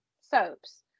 soaps